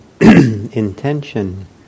intention